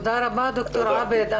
תודה רבה, ד"ר עבד.